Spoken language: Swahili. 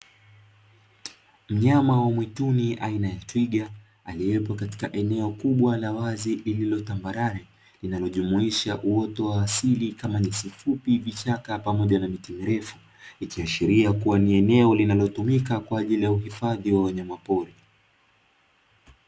Mnyama wa mwituni aina ya twiga, aliyepo katika eneo kubwa la wazi lililo tambarare, linalojumuisha uoto wa asili kama nyasi fupi, vichaka pamoja na miti mirefu, ikiashiria kuwa ni eneo linalotumika kwa ajili ya uhifadhi wa wanyamapori.